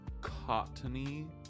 cottony